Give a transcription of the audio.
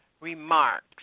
remarks